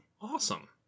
Awesome